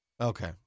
Okay